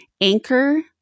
anchor